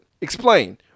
Explain